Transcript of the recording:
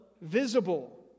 visible